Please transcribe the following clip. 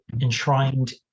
enshrined